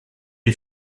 les